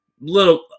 little